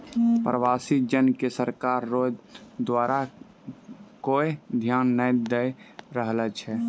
प्रवासी जन के सरकार रो द्वारा कोय ध्यान नै दैय रहलो छै